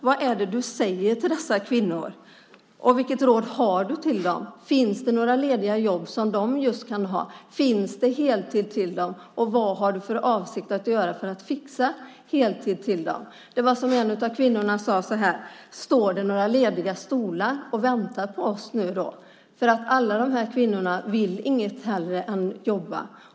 Vad är det du säger till dessa kvinnor? Vilket råd har du till dem? Finns det några lediga jobb som just de kan ha? Finns det heltid till dem? Vad har du för avsikt att göra för att fixa heltid till dem? En av kvinnorna sade så här: Står det några lediga stolar och väntar på oss nu? Alla dessa kvinnor vill inget hellre än att jobba.